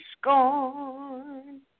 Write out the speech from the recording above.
scorn